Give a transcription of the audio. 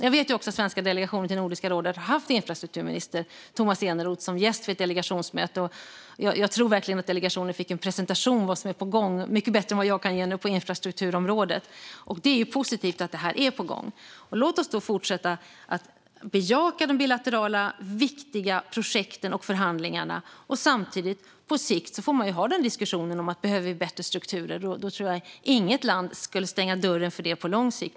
Jag vet också att den svenska delegationen till Nordiska rådet har haft infrastrukturminister Tomas Eneroth som gäst vid ett delegationsmöte. Jag tror verkligen att delegationen fick en presentation av vad som är på gång på infrastrukturområdet - mycket bättre än vad jag kan ge. Det är positivt att detta är på gång. Låt oss då fortsätta att bejaka de bilaterala och viktiga projekten och förhandlingarna. Samtidigt får man på sikt ha diskussionen om man behöver bättre strukturer. Då tror jag inte att något land skulle stänga dörren för det på lång sikt.